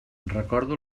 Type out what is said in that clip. recordo